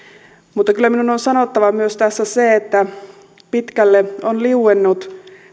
mutta kyllä minun on on sanottava tässä myös se että pitkälle on liuennut